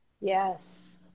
Yes